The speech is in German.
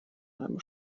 einem